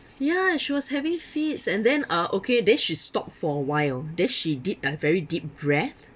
ya she was having fits and then uh okay then she stopped for a while then she did a very deep breath